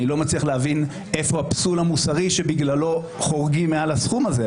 אני לא מצליח להבין איפה הפסול המוסרי שבגללו חורגים מעל הסכום הזה.